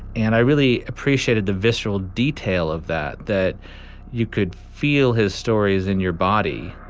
and i really appreciated the visceral detail of that that you could feel his stories in your body.